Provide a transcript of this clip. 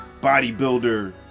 bodybuilder